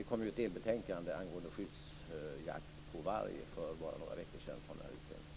Det kom ett delbetänkande angående skyddsjakt på varg för bara några veckor sedan från den här utredningen.